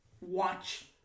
watch